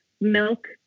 milk